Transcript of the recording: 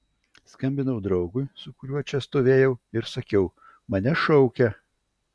skambinau draugui su kuriuo čia stovėjau ir sakiau mane šaukia